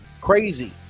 Crazy